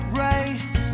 race